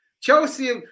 Chelsea